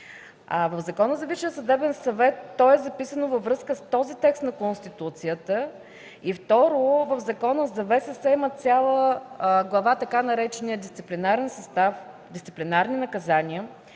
В Закона за Висшия съдебен съвет е записано във връзка с този текст на Конституцията. Второ, в Закона за Висшия съдебен съвет има цяла глава, така наречения „дисциплинарен състав”, „дисциплинарни наказания”.